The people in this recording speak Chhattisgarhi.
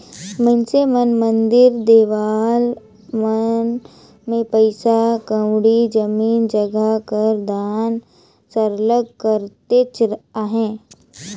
मइनसे मन मंदिर देवाला मन में पइसा कउड़ी, जमीन जगहा कर दान सरलग करतेच अहें